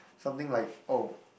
something like oh